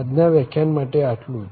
આજ ના વ્યાખ્યાન માટે આટલું જ